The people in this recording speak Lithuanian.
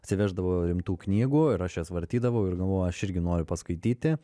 atsiveždavo rimtų knygų ir aš jas vartydavau ir galvojau aš irgi noriu paskaityti